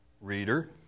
reader